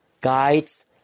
guides